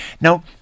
Now